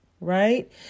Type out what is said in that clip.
right